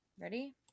Ready